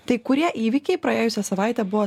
tai kurie įvykiai praėjusią savaitę buvo